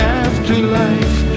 afterlife